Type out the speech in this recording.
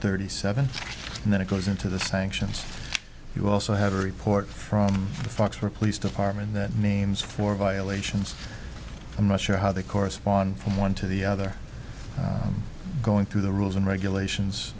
thirty seven and then it goes into the sanctions you also have a report from the fox or police department that names for violations in russia how they correspond from one to the other going through the rules and regulations